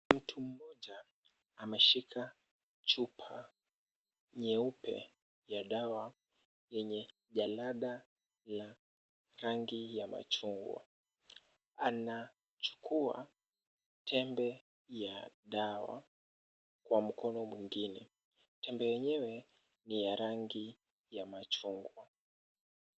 Mtu mmoja ameshika chupa nyeupe ya dawa yenye jalada la rangi ya machungwa. Anachukua tembe ya dawa kwa mkono mwingine. Tembe yenyewe ni ya rangi ya machungwa.